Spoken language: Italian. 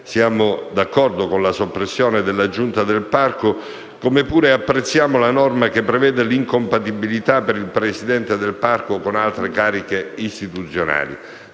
Siamo d'accordo con la soppressione della giunta del parco, come pure apprezziamo la norma che prevede l'incompatibilità per il presidente del parco con altre cariche istituzionali.